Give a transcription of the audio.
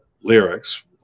lyrics